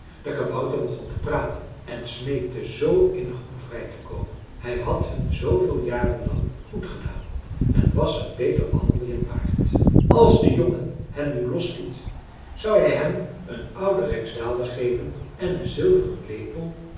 de kabouter begon te praten en smeekte zoo innig om vrij te komen hij had hun zooveel jaren lang goed gedaan en was een beter behandeling waard als de jongen hem nu losliet zou hij hem een ouden rijksdaalder geven en een zilveren lepel